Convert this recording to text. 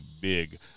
big